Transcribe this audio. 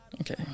Okay